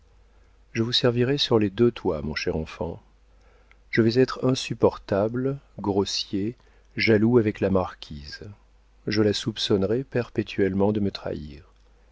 je vous servirai sur les deux toits mon cher enfant je vais être insupportable grossier jaloux avec la marquise je la soupçonnerai perpétuellement de me trahir